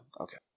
Okay